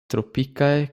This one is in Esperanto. tropikaj